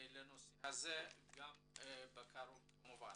לנושא גם בקרוב כמובן.